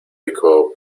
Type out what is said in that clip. rico